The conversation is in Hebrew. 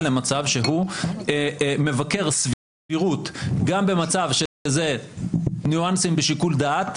למצב שהוא מבקר סבירות גם במצב שזה ניואנסים לשיקול דעת,